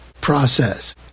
process